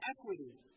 equity